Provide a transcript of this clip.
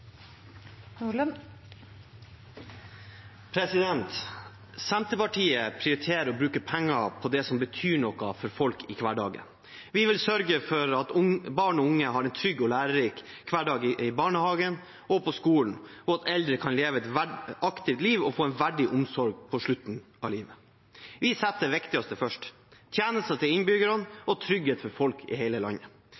omme. Senterpartiet prioriterer å bruke penger på det som betyr noe for folk i hverdagen. Vi vil sørge for at barn og unge har en trygg og lærerik hverdag i barnehagen og på skolen, og at eldre kan leve et aktivt liv og få en verdig omsorg mot slutten av livet. Vi setter det viktigste først: tjenester til